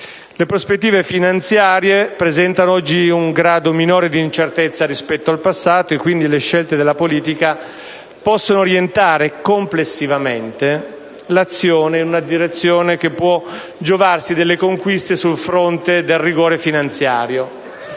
Le prospettive finanziarie presentano oggi un grado minore di incertezza rispetto al passato e quindi le scelte della politica possono orientare complessivamente l'azione dei Governi in una direzione che può giovarsi delle conquiste sul fronte del rigore finanziario,